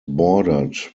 bordered